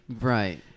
Right